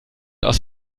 aus